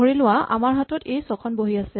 ধৰি লোৱা আমাৰ হাতত এই ছখন বহী আছে